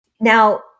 Now